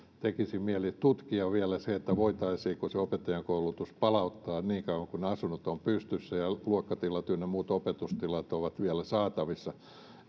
tekisi mieli tutkia vielä se voitaisiinko opettajankoulutus palauttaa niin kauan kuin ne asunnot ovat pystyssä ja luokkatilat ynnä muut opetustilat ovat vielä saatavissa